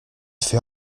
fait